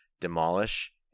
demolish